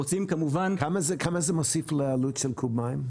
כמה זה מוסיף לעלות של קוב מים?